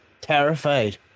terrified